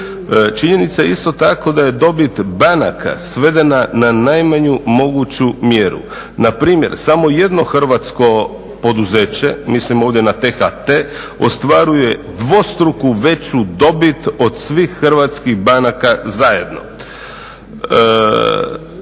Činjenica je isto tako da je dobit banaka svedena na najmanju moguću mjeru. Npr. samo jedno hrvatsko poduzeće mislim ovdje na THT ostvaruje dvostruku veću dobit od svih hrvatskih banaka zajedno.